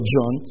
John